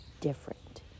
different